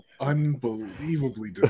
Unbelievably